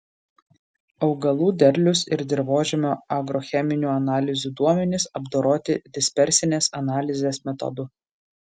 augalų derlius ir dirvožemio agrocheminių analizių duomenys apdoroti dispersinės analizės metodu